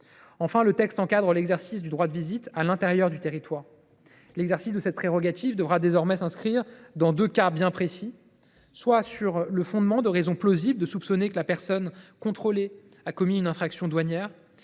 Enfin, le texte encadre l’exercice du droit de visite à l’intérieur du territoire. L’exercice de cette prérogative devra désormais s’inscrire dans deux cas bien précis : soit sur le fondement de raisons plausibles de soupçonner que la personne contrôlée a commis une infraction douanière,